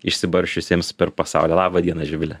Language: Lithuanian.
išsibarsčiusiems per pasaulį laba diena živile